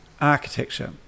architecture